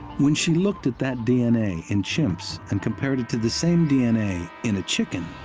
when she looked at that d n a. in chimps and compared it to the same d n a. in a chicken,